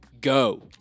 go